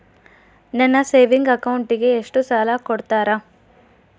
ನನ್ನ ಸೇವಿಂಗ್ ಅಕೌಂಟಿಗೆ ಎಷ್ಟು ಸಾಲ ಕೊಡ್ತಾರ?